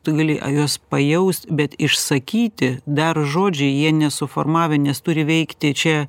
tu gali a juos pajaust bet išsakyti dar žodžiai jie nesuformavę nes turi veikti čia